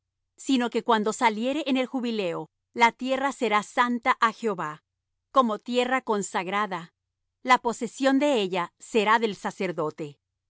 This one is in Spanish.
sino que cuando saliere en el jubileo la tierra será santa á jehová como tierra consagrada la posesión de ella será del sacerdote